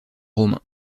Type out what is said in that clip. romain